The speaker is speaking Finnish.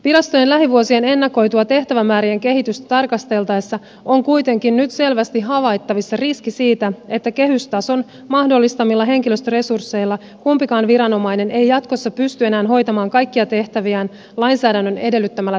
virastojen lähivuosien ennakoitua tehtävämäärien kehitystä tarkasteltaessa on kuitenkin nyt selvästi havaittavissa riski siitä että kehystason mahdollistamilla henkilöstöresursseilla kumpikaan viranomainen ei jatkossa pysty enää hoitamaan kaikkia tehtäviään lainsäädännön edellyttämällä tavalla